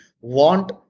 want